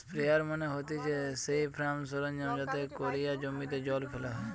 sprayer মানে হতিছে সেই ফার্ম সরঞ্জাম যাতে কোরিয়া জমিতে জল ফেলা হয়